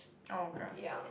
oh okay